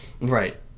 Right